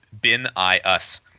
bin-i-us